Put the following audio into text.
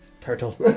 Turtle